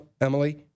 Emily